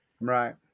Right